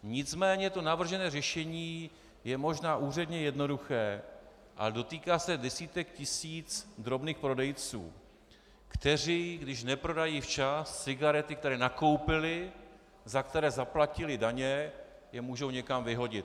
Nicméně to navržené řešení je možná úředně jednoduché, ale dotýká se desítek tisíc drobných prodejců, kteří když neprodají včas cigarety, které nakoupili, za které zaplatili daně, je můžou někam vyhodit.